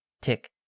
tick